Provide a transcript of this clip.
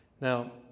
Now